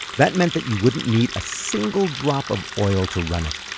that meant that you wouldn't need a single drop of oil to run it.